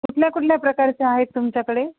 कुठल्या कुठल्या प्रकारचे आहेत तुमच्याकडे